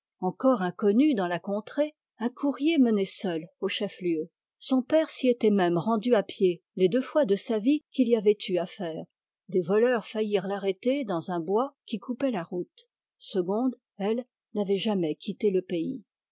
encore inconnus dans la contrée un courrier menait seul au chef lieu son père s'y était môme rendu à pied les deux fois de sa vie qu'il y avait eu affaire des voleurs faillirent l'arrêter dans un bois qui coupait la route segonde elle n'avait jamais quitté le pays